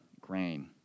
grain